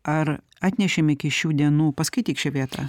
ar atnešėm iki šių dienų paskaityk šią vietą